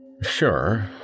Sure